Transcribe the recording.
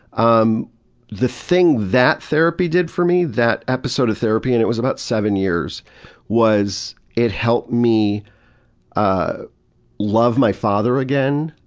um the thing that therapy did for me, that episode of therapy and it was about seven years was it helped me ah love my father again,